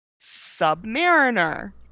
Submariner